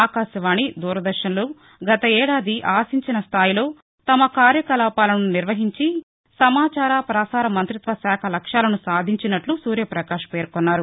ఆకాశవాణి దూరదర్భన్లు గత ఏడాది ఆశించిన స్థాయిలో తమ కార్యకలాపాలను నిర్వహించి సమాచార పసార మంతిత్వ శాఖ లక్ష్యాలను సాధించినట్లు సూర్య పకాష్ పేర్కొన్నారు